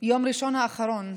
ביום ראשון האחרון,